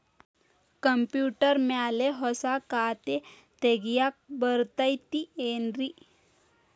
Computer ಮ್ಯಾಲೆ ಹೊಸಾ ಖಾತೆ ತಗ್ಯಾಕ್ ಬರತೈತಿ ಏನ್ರಿ?